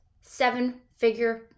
seven-figure